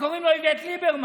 שקוראים לו איווט ליברמן.